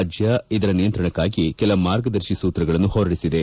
ರಾಜ್ಯ ಇದರ ನಿಯಂತ್ರಣಕ್ಕಾಗಿ ಕೆಲ ಮಾರ್ಗದರ್ಶಿ ಸೂತ್ರಗಳನ್ನು ಹೊರಡಿಸಿದೆ